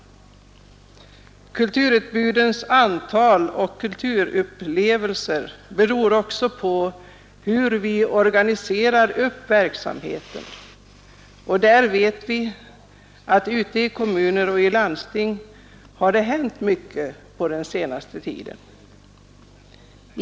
Kulturutbudens antal och kulturupplevelserna beror också på hur vi organiserar upp verksamheten, och där vet vi att ute i kommuner och landsting har det hänt mycket på den senaste tiden.